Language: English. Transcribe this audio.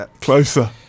Closer